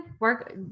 work